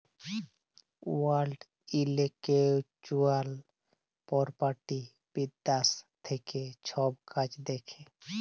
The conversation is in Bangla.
ওয়াল্ড ইলটেল্যাকচুয়াল পরপার্টি বিদ্যাশ থ্যাকে ছব কাজ দ্যাখে